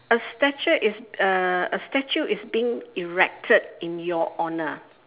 a statue is uh a statue is being erected in your honour